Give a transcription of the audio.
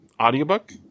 audiobook